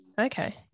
Okay